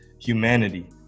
humanity